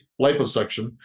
liposuction